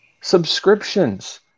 Subscriptions